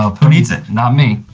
ah who needs it? not me.